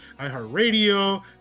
iHeartRadio